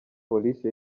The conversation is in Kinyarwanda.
polisi